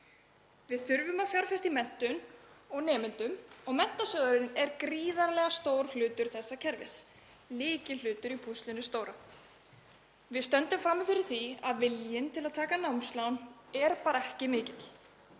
Við þurfum að fjárfesta í menntun og nemendum og Menntasjóðurinn er gríðarlega stór hluti þessa kerfis, lykilhluti í púslinu stóra. Við stöndum frammi fyrir því að viljinn til að taka námslán er ekki mikill.